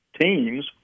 teams